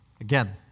again